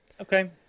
Okay